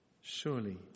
Surely